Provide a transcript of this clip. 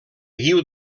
guiu